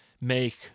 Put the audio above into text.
make